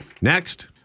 next